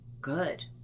good